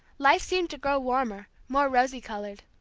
life seemed to grow warmer, more rosy colored.